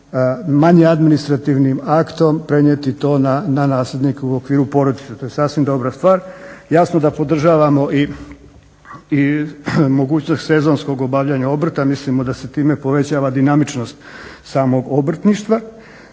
manje administrativnim aktom prenijeti to na nasljednike u okviru porodice. To je sasvim dobra stvar. Jasno da podržavamo i mogućnost sezonskog obavljanja obrta, mislimo da se time povećava dinamičnost samog obrtništva.